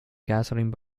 gasoline